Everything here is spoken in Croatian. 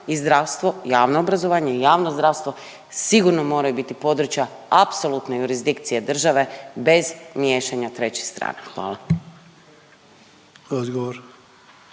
i zdravstvo, javno obrazovanje i javno zdravstvo sigurno moraju biti područja apsolutne jurisdikcije države bez miješanja trećih strana. Hvala.